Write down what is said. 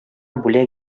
бүләк